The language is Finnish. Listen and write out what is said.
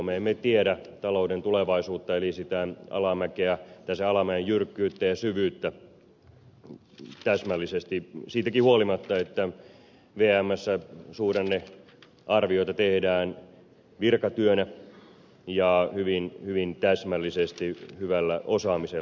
me emme tiedä talouden tulevaisuutta eli sitä alamäen jyrkkyyttä ja syvyyttä täsmällisesti siitäkään huolimatta että vmssä suhdannearvioita tehdään virkatyönä ja hyvin täsmällisesti hyvällä osaamisella